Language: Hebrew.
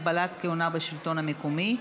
הגבלת כהונה בשלטון המקומי),